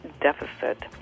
deficit